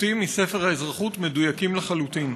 הציטוטים מספר האזרחות מדויקים לחלוטין.